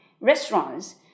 restaurants